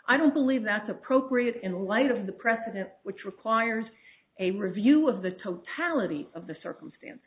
i don't believe that's appropriate in light of the precedent which requires a review of the totality of the circumstance